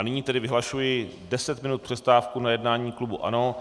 Nyní tedy vyhlašuji 10 minut přestávku na jednání klubu ANO.